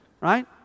Right